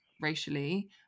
racially